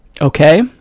Okay